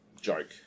joke